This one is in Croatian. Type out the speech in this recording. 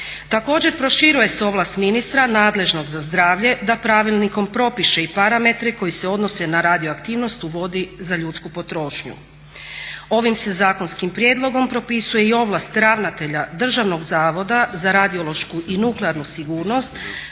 Također proširuje se ovlast ministra nadležnog za zdravlje da pravilnikom propiše i parametre koji se odnose na radioaktivnost u vodi za ljudsku potrošnju. Ovim se zakonskim prijedlogom propisuje i ovlast ravnatelja Državnog zavoda za radiološku i nuklearnu sigurnost